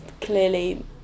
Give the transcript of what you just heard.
clearly